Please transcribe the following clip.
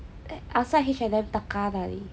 outside H&M taka 那里